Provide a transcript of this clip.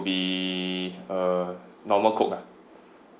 be a normal coke lah